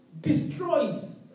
destroys